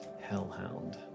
Hellhound